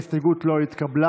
ההסתייגות לא התקבלה.